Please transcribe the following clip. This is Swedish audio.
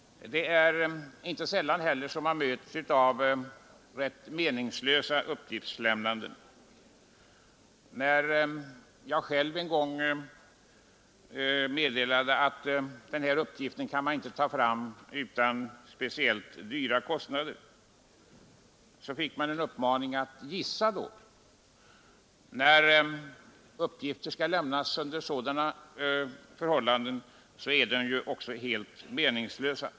Det är inte heller sällan som man krävs på rätt meningslösa uppgifter. När jag en gång meddelade att ”den här uppgiften kan vi inte ta fram utan att det medför höga kostnader” fick jag uppmaningen: ”Gissa då! ” När uppgifter skall lämnas under sådana förhållanden är de helt meningslösa.